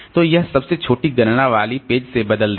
तो वह सबसे छोटी गणना वाली पेज से बदल देगा